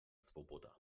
swoboda